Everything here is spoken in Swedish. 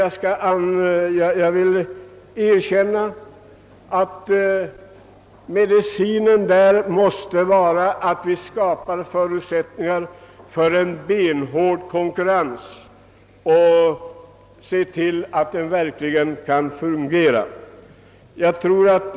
Jag vill erkänna att medicinen härvidlag är att vi skapar förutsättningar för en benhård konkurrens och att vi ser till att den verkligen fungerar.